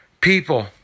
People